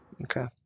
Okay